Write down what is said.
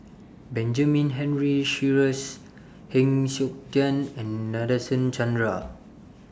Benjamin Henry Sheares Heng Siok Tian and Nadasen Chandra